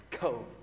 Go